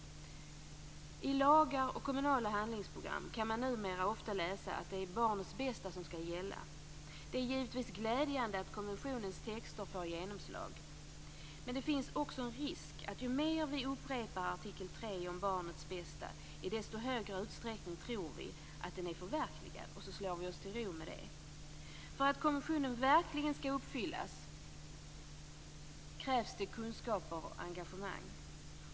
I lagar och kommunala handlingsprogram kan man numera ofta läsa att det är barnets bästa som skall gälla. Det är givetvis glädjande att konventionens texter får genomslag, men det finns också en risk för att ju mer vi upprepar artikel 3 om barnets bästa, desto mer tror vi att den är förverkligad. Och så slår vi oss till ro med det. För att konventionen verkligen skall uppfyllas krävs det kunskaper och engagemang.